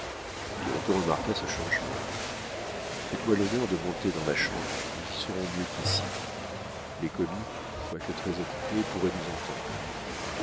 birotteau remarqua ce changement faites-moi l'honneur de monter dans ma chambre nous y serons mieux qu'ici les commis quoique très occupés pourraient nous entendre